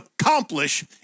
accomplish